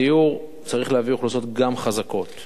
בדיור צריך להביא אוכלוסיות גם חזקות.